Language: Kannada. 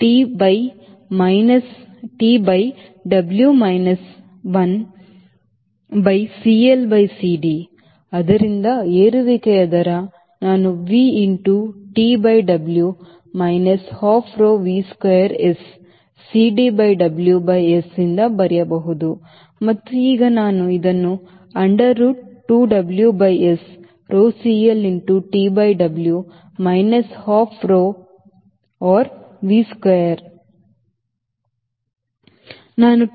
ಆದ್ದರಿಂದ ಏರುವಿಕೆಯ ದರ ನಾನು V into T by W minus half rho V square S CD by W by S ನಿಂದ ಬರೆಯಬಹುದು ಮತ್ತು ಈಗ ನಾನು ಇದನ್ನು under root 2 W by S rho CL into T by W minus half rho or V square